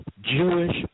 Jewish